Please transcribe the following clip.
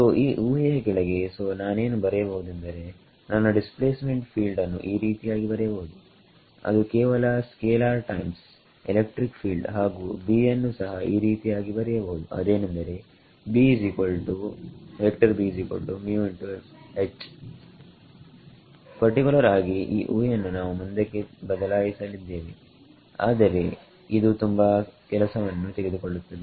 ಸೋಈ ಊಹೆಯ ಕೆಳಗೆಸೋನಾನೇನು ಬರೆಯಬಹುದೆಂದರೆ ನನ್ನ ಡಿಸ್ಪ್ಲೇಸ್ಮೆಂಟ್ ಫೀಲ್ಡ್ ಅನ್ನು ಈ ರೀತಿಯಾಗಿ ಬರೆಯಬಹುದು ಅದು ಕೇವಲ ಸ್ಕೇಲಾರ್ ಟೈಮ್ಸ್ ಇಲೆಕ್ಟ್ರಿಕ್ ಫೀಲ್ಡ್ ಹಾಗು B ಯನ್ನು ಸಹ ಈ ರೀತಿಯಾಗಿ ಬರೆಯಬಹುದು ಅದೇನೆಂದರೆ ಪರ್ಟಿಕುಲರ್ ಆಗಿ ಈ ಊಹೆಯನ್ನು ನಾವು ಮುಂದಕ್ಕೆ ಬದಲಾಯಿಸಲಿದ್ದೇವೆಆದರೆ ಇದು ತುಂಬಾ ಕೆಲಸವನ್ನು ತೆಗೆದುಕೊಳ್ಳುತ್ತದೆ